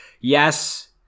yes